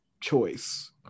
choice